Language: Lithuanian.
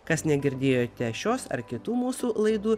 kas negirdėjote šios ar kitų mūsų laidų